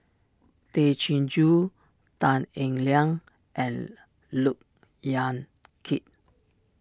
Tay Chin Joo Tan Eng Liang and Look Yan Kit